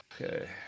okay